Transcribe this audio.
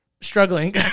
struggling